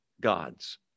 God's